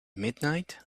midnight